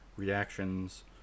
reactions